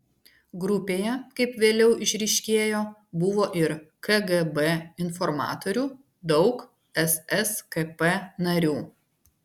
grupėje kaip vėliau išryškėjo buvo ir kgb informatorių daug sskp narių